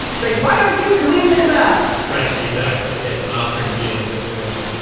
think why don't you clean this up right. exactly. yes an oscar and felix situation